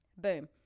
Boom